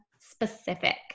specific